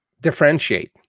differentiate